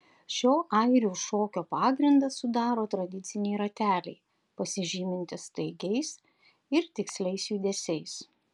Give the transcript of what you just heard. šio airių šokio pagrindą sudaro tradiciniai rateliai pasižymintys staigiais ir tiksliais judesiais